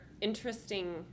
interesting